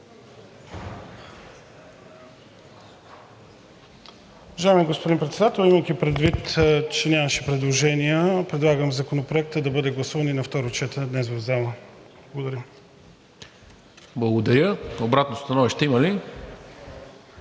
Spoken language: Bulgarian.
Благодаря. Обратно становище има ли?